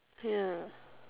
ya